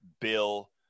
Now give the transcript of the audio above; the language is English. bill